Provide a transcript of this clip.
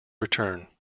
return